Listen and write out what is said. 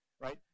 Right